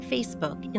Facebook